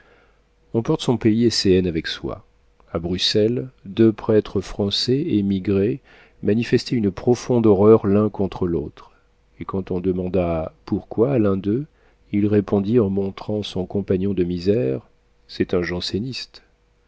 on porte son pays et ses haines avec soi a bruxelles deux prêtres français émigrés manifestaient une profonde horreur l'un contre l'autre et quand on demanda pourquoi à l'un d'eux il répondit en montrant son compagnon de misère c'est un janséniste